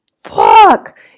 fuck